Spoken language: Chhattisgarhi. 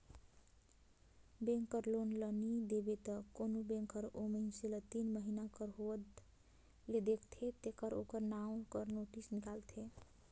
बेंक कर लोन ल नी देबे त कोनो बेंक हर ओ मइनसे ल तीन महिना कर होवत ले देखथे तेकर ओकर नांव कर नोटिस हिंकालथे